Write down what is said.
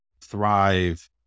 thrive